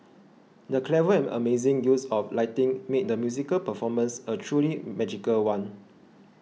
the clever and amazing use of lighting made the musical performance a truly magical one